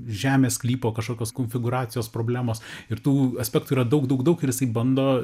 žemės sklypo kažkokios konfigūracijos problemos ir tų aspektų yra daug daug daug ir jisai bando